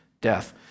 death